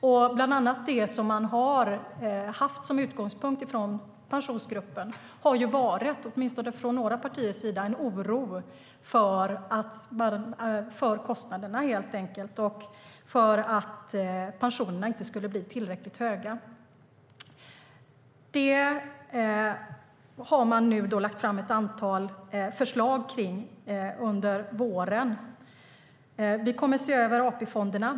Det som Pensionsgruppen bland annat haft som utgångspunkt, åtminstone vad gäller några partier, har helt enkelt varit en oro för kostnaderna och för att pensionerna inte ska bli tillräckligt höga. Där har man under våren lagt fram ett antal förslag. Vi kommer att se över AP-fonderna.